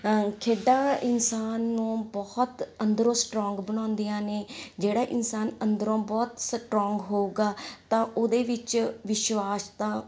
ਖੇਡਾਂ ਇਨਸਾਨ ਨੂੰ ਬਹੁਤ ਅੰਦਰੋਂ ਸਟਰੋਂਗ ਬਣਾਉਂਦੀਆਂ ਨੇ ਜਿਹੜਾ ਇਨਸਾਨ ਅੰਦਰੋਂ ਬਹੁਤ ਸਟਰੋਂਗ ਹੋਵੇਗਾ ਤਾਂ ਉਹਦੇ ਵਿੱਚ ਵਿਸ਼ਵਾਸ ਤਾਂ